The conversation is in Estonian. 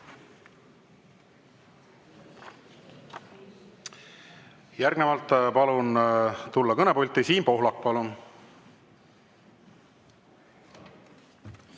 Järgnevalt palun tulla kõnepulti Siim Pohlakul.